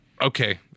Okay